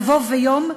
יבוא יום,